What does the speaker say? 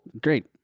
Great